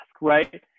right